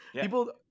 People